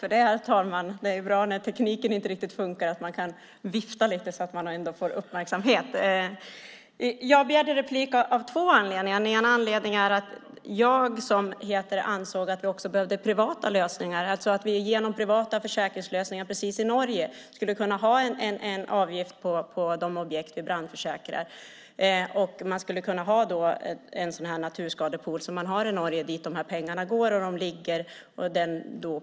Herr talman! Jag begärde replik av två anledningar. Den ena anledningen var att jag ansåg att vi också behövde privata lösningar, alltså att vi genom privata försäkringslösningar precis som i Norge skulle kunna ha en avgift på de objekt vi brandförsäkrar. Man skulle kunna ha en sådan naturskadepool som de har i Norge dit de här pengarna går.